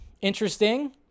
Interesting